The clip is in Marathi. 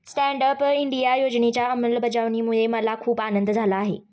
स्टँड अप इंडिया योजनेच्या अंमलबजावणीमुळे मला खूप आनंद झाला आहे